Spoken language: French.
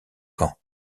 camp